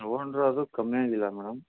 ತೊಗೊಂಡ್ರೂ ಅದು ಕಮ್ಮಿಯಾಗಿಲ್ಲ ಮೇಡಮ್